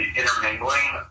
intermingling